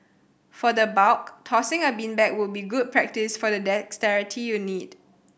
for the bulk tossing a beanbag would be good practice for the dexterity you'll need